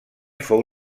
fou